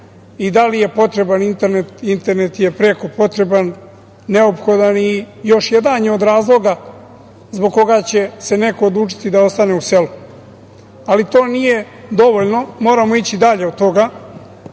Da li je potreban internet? Internet je preko potreban, neophodan i još jedan je od razloga zbog koga će se neko odlučiti da ostane u selu. Ali, to nije dovoljno, moramo ići dalje od toga.